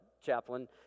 chaplain